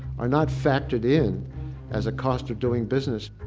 are not factored in as a cost of doing business.